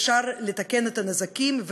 אפשר לתקן את הנזקים,